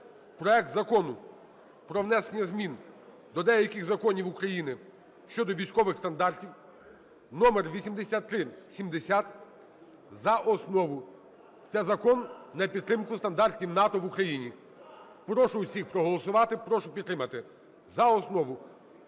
проект Закону про внесення змін до деяких законів України щодо військових стандартів (№ 8370) за основу. Це закон на підтримку стандартів НАТО в Україні. Прошу усіх проголосувати, прошу підтримати за основу.